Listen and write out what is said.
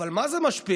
אבל מה זה משפיעים?